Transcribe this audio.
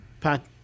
Pat